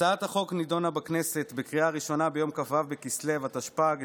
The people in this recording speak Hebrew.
הצעת החוק נדונה בכנסת בקריאה ראשונה ביום כ"ו בכסלו התשפ"ג,